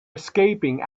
escaping